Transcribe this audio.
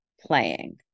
playing